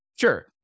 Sure